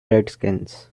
redskins